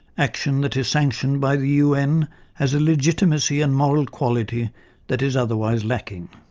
action that is sanctioned by the un has a legitimacy and moral quality that is otherwise lacking.